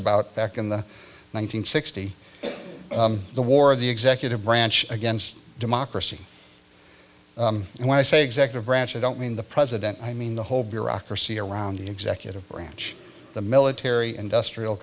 about back in the one nine hundred sixty the war of the executive branch against democracy and when i say executive branch i don't mean the president i mean the whole bureaucracy around the executive branch the military industrial